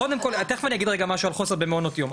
תיכף אני אגיד משהו על חוסר במעונות יום,